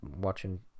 watching